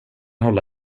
hålla